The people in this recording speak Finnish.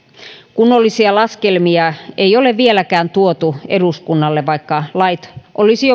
kunnollisia laskelmia ei ole vieläkään tuotu eduskunnalle vaikka lait olisi